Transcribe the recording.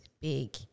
big